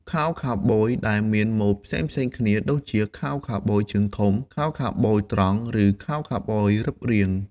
ខោខូវប៊យដែលមានម៉ូដផ្សេងៗគ្នាដូចជា ខោខូវប៊យជើងធំ, ខោខូវប៊យត្រង់ , ឬខោខូវប៊យរឹបរាង។